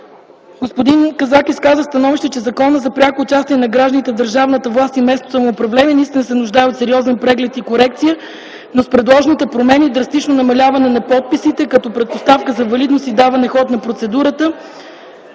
Господин Казак изказа становище, че Закона за пряко участие на гражданите в държавната власт и местното самоуправление наистина се нуждае от сериозен преглед и корекции, но с предложените промени – драстичното намаляване на изискуемите подписи, като предпоставка за валидност и даване ход на процедурата